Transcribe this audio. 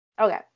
Okay